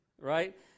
right